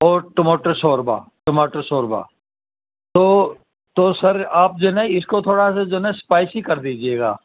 اور ٹموٹر شوربہ ٹماٹر شوربہ تو تو سر آپ جو نا اس کو تھوڑا سا جو ہے نا اسپائسی کر دیجیے گا